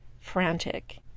frantic